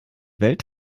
welt